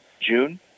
June